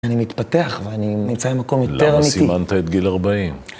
אני מתפתח ואני נמצא מקום יותר אמיתי. למה סימנת את גיל 40?